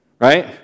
right